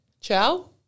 Ciao